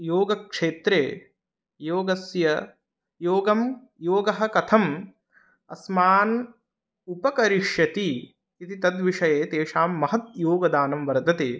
योगक्षेत्रे योगस्य योगं योगः कथम् अस्मान् उपकरिष्यति इति तत् विषये तेषां महत् योगदानं वर्तते